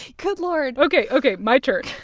good lord ok, ok my turn.